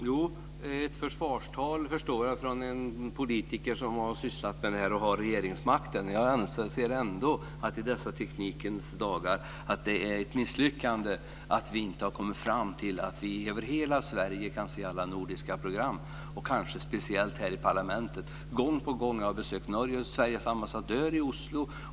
Fru talman! Det var ett försvarstal från en politiker som sysslar med dessa frågor och ett parti med regeringsmakten. Jag anser ändå i dessa teknikens dagar att det är ett misslyckande att vi inte har kommit fram till att vi över hela Sverige kan se alla nordiska program, speciellt här i parlamentet. Gång på gång har jag besökt Sveriges ambassadör i Oslo.